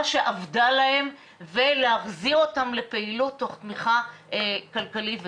שאבדה להם ולהחזיר אותם לפעילות תוך תמיכה כלכלית ותקציבית.